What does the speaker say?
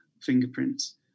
fingerprints